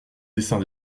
desseins